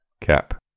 Cap